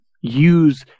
use